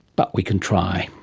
but we could try.